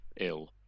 ill